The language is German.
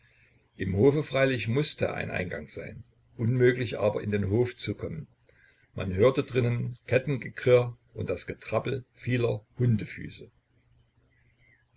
im hofe freilich mußte ein eingang sein unmöglich aber in den hof zu kommen man hörte drinnen kettengeklirr und das getrappel vieler hundefüße